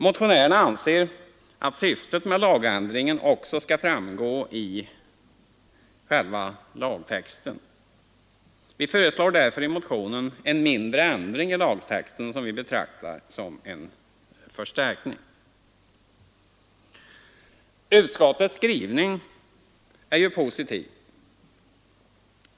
Motionärerna anser att syftet med lagändringen också skall framgå av själva lagtexten. Vi föreslår därför i motionen ett mindre tillägg i lagtexten som vi betraktar som en förstärkning. Utskottets skrivning är ju positiv.